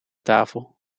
tafel